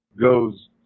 goes